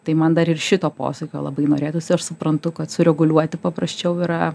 tai man dar ir šito posūkio labai norėtųsi aš suprantu kad sureguliuoti paprasčiau yra